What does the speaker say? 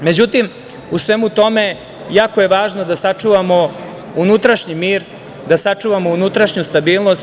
Međutim, u svemu tome jako je važno da sačuvamo unutrašnji mir, da sačuvamo unutrašnju stabilnost.